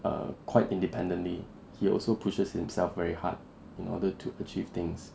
err quite independently he also pushes himself very hard in order to achieve things